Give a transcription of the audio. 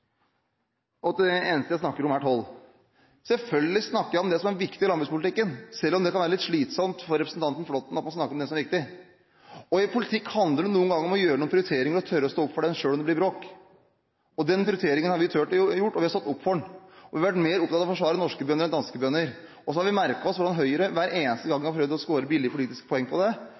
sier at det eneste jeg snakker om er toll. Selvfølgelig snakker jeg om det som er viktig i landbrukspolitikken, selv om det kan være litt slitsomt for representanten Flåtten at man snakker om det som er viktig. I politikk handler det noen ganger om å gjøre noen prioriteringer og tørre å stå for dem selv om det blir bråk. Den prioriteringen har vi tort å gjøre, og vi har stått for den. Vi har vært mer opptatt av å forsvare norske bønder enn danske bønder. Vi har merket oss hvordan Høyre hver eneste gang har prøvd å skåre billige politiske poeng på det,